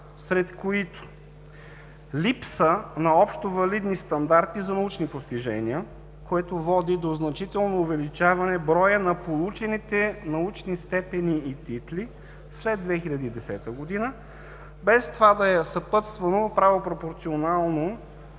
сред които: липса на общовалидни стандарти за научни постижения, което води до значително увеличаване броя на получените научни степени и титли след 2010 г., без това да е съпътствано правопропорционално